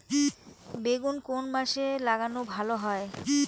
বেগুন কোন মাসে লাগালে ভালো হয়?